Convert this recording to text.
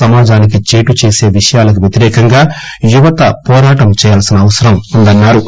సమాజానికి చేటు చేసే విషయాలకు వ్వతిరేకంగా యువత పోరాటం చేయాల్సిన అవసరం ఉందన్నా రు